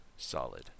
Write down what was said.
Solid